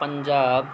Punjab